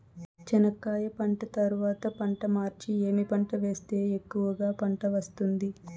చెనక్కాయ పంట తర్వాత పంట మార్చి ఏమి పంట వేస్తే ఎక్కువగా పంట వస్తుంది?